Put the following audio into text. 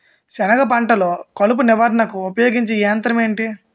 సెనగ పంటలో కలుపు నివారణకు ఉపయోగించే యంత్రం ఏంటి?